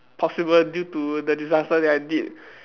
possible due to the disaster that I did